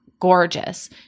gorgeous